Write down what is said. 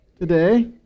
today